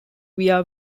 via